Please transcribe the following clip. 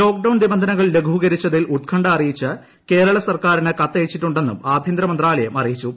lockdown നിബന്ധനകൾ ലഘൂകരിച്ചതിൽ ഉത്കണ്ഠ അറിയിച്ച് കേരള സർക്കാരിന് കത്തയച്ചിട്ടുണ്ടെന്നും ആഭ്യന്തര മന്ത്രാലയം അറിയിച്ചു